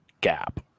gap